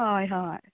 हय हय